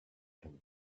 come